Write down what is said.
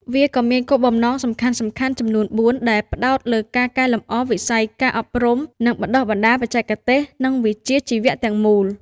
វាក៏មានគោលបំណងសំខាន់ៗចំនួន ៤ ដែលផ្តោតលើការកែលម្អវិស័យការអប់រំ និងបណ្តុះបណ្តាលបច្ចេកទេស និងវិជ្ជាជីវៈទាំងមូល។